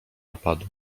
napadu